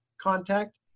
contact